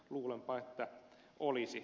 luulenpa että olisi